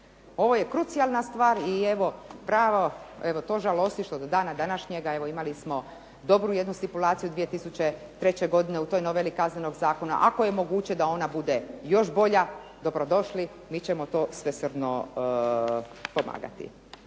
Ovo je krucijalna stvar i evo pravo, to žalosti do dana današnjega imali smo jednu dobru stipulaciju 2003. godine u toj noveli kaznenog zakona ako je moguće da ona bude još bolja, dobro došli, mi ćemo to svesrdno pomagati.